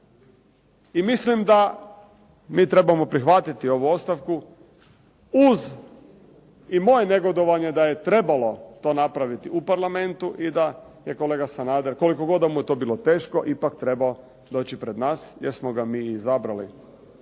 I mislim da mi trebamo prihvatiti ovu ostavku uz i moje negodovanje da je trebalo to napraviti u parlamentu i da je kolega Sanader koliko god da mu je to bilo teško ipak trebao doći pred nas jer smo ga mi izabrali